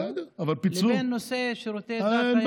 לבין נושא שירותי הדת היהודית,